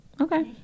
Okay